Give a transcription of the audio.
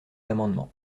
amendement